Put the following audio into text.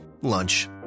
Lunch